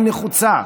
היא נחוצה.